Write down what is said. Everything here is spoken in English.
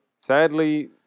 Sadly